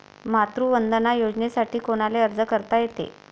मातृवंदना योजनेसाठी कोनाले अर्ज करता येते?